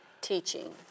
teaching